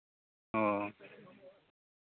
ᱚ